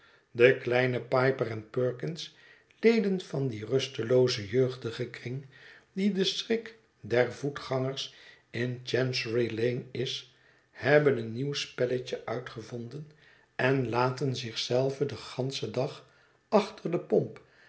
de kleine piper en perkins leden van dien rusteloozen jeugdigen kring die de schrik der voetgangers in chancery laneis hebben een nieuw spelletje uitgevonden en laten zich zelven den ganschen dag achter de pomp